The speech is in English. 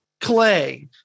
clay